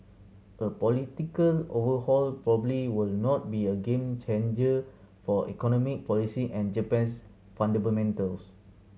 a political overhaul probably will not be a game changer for economic policy and Japan's